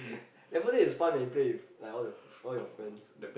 left for dead is fun when you play with like all all your friends